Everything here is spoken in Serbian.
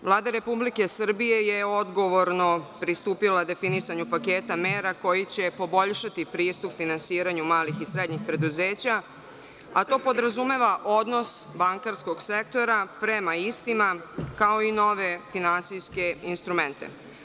Vlada Republike Srbije je odgovorno pristupila definisanju paketa mera koji će poboljšati pristup finansiranju malih i srednjih preduzeća, a to podrazumeva odnos bankarskog sektora prema istima, kao i nove finansijske instrumente.